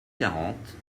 quarante